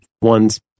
one's